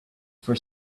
for